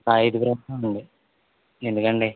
ఐదుగురు ఉంటామండి ఎందుకండి